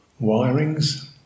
wirings